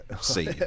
See